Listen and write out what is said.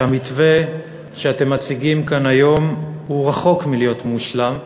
שהמתווה שאתם מציגים כאן היום הוא רחוק מלהיות מושלם,